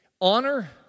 Honor